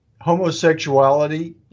homosexuality